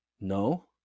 No